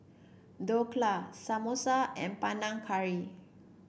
Dhokla Samosa and Panang Curry